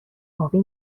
ابی